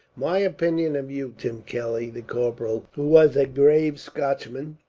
my opinion of you, tim kelly, the corporal, who was a grave scotchman,